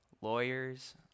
lawyers